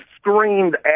screamed